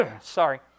Sorry